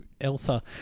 Elsa